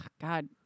God